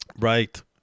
Right